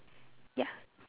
ya